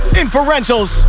inferentials